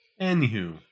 Anywho